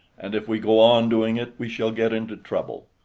and if we go on doing it we shall get into trouble.